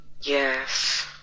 Yes